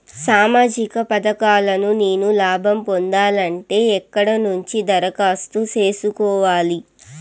సామాజిక పథకాలను నేను లాభం పొందాలంటే ఎక్కడ నుంచి దరఖాస్తు సేసుకోవాలి?